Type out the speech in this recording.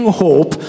hope